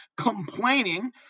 complaining